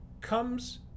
comes